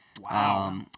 Wow